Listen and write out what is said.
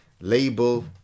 label